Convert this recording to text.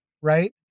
right